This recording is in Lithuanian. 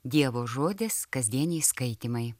dievo žodis kasdieniai skaitymai